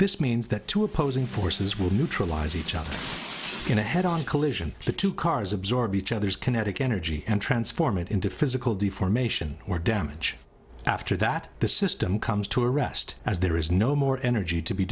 this means that two opposing forces will neutralize each other in a head on collision the two cars absorb each other's kinetic energy and transform it into physical deformation or damage after that the system comes to a rest as there is no more energy to be